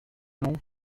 non